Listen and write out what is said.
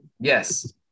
Yes